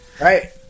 Right